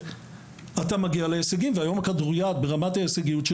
וכך מגיעים להישגים וכך הכדוריד התקדם.